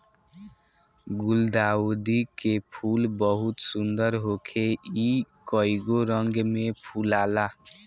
गुलदाउदी के फूल बहुत सुंदर होखेला इ कइगो रंग में फुलाला